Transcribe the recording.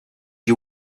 you